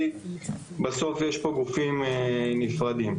כי בסוף יש פה גופים נפרדים.